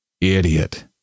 idiot